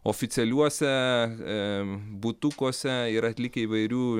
oficialiuose butukuose yra atlikę įvairių